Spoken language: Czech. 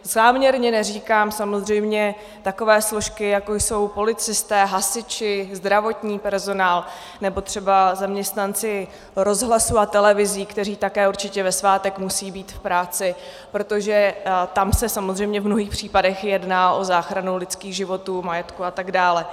Záměrně neříkám samozřejmě takové složky, jako jsou policisté, hasiči, zdravotní personál nebo třeba zaměstnanci rozhlasu a televizí, kteří určitě také ve svátek musí být v práci, protože tam se samozřejmě v mnohých případech jedná o záchranu lidských životů, majetku atd.